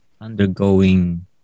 undergoing